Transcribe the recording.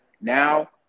Now